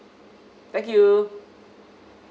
thank you